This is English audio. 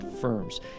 firms